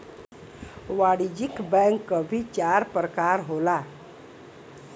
वाणिज्यिक बैंक क भी चार परकार होला